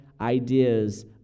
ideas